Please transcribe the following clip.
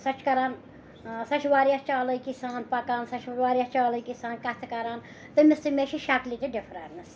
سۄ چِھ کران سۄ چِھ واریاہ چالٲکی سان پَکان سۄ چِھ واریاہ چالٲکی سان کَتھٕ کران تٔمِس تہٕ مےٚ چِھ شَکلہِ تہِ ڈِفرَنٕس